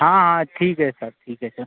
हाँ हाँ ठीक है सर ठीक है सर